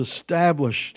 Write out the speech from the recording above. established